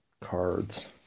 cards